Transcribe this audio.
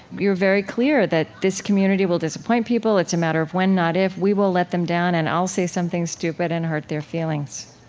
you're very clear that this community will disappoint people. it's a matter of when, not if. we will let them down or and i'll say something stupid and hurt their feelings.